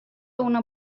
una